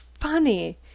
funny